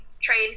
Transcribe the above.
train